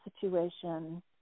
situation